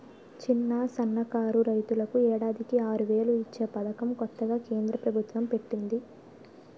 చిన్న, సన్నకారు రైతులకు ఏడాదికి ఆరువేలు ఇచ్చే పదకం కొత్తగా కేంద్ర ప్రబుత్వం పెట్టింది